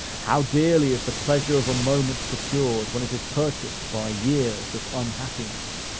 how dearly is the pleasure of a moment procured when it is purchased by years of unhappiness!